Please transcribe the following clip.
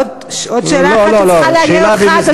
עוד שאלה אחת שצריכה לעניין אותך,